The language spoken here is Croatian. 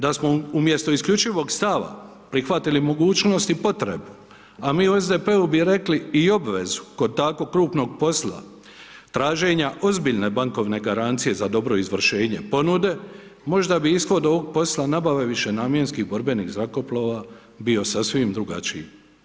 Da smo umjesto isključivog stava prihvatili mogućnost i potrebe a mi u SDP-u bi rekli i obvezu kod tako krupnog posla, traženja ozbiljne bankovne garancije za dobro izvršenje ponude, možda bi ishod ovog posla nabave višenamjenskih borbenih zrakoplov bio sasvim drugačiji.